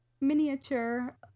miniature